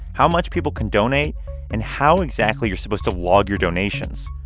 how much people can donate and how exactly you're supposed to log your donations.